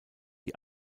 die